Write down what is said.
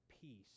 peace